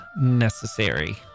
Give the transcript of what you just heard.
necessary